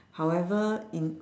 however in